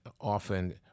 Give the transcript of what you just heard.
often